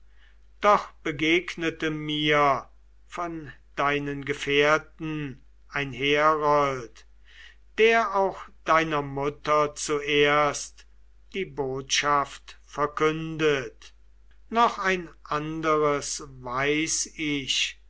doch begegnete mir von deinen gefährten ein herold der auch deiner mutter zuerst die botschaft verkündet noch ein anderes weiß ich